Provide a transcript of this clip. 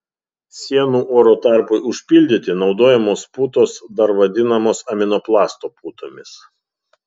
sienų oro tarpui užpildyti naudojamos putos dar vadinamos aminoplasto putomis